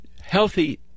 healthy